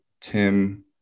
Tim